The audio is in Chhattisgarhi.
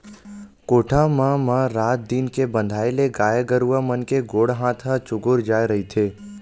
कोठा म म रात दिन के बंधाए ले गाय गरुवा मन के गोड़ हात ह चूगूर जाय रहिथे